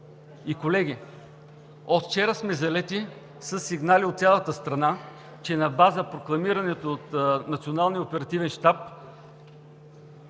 И, колеги, от вчера сме залети със сигнали от цялата страна, че на база прокламирането от Националния оперативен щаб